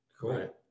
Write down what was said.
Cool